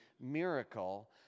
miracle